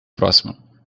próximo